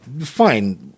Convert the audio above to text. Fine